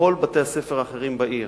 בכל בתי-הספר האחרים בעיר.